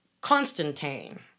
Constantine